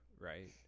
right